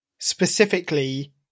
Specifically